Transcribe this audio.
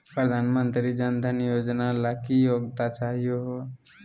प्रधानमंत्री जन धन योजना ला की योग्यता चाहियो हे?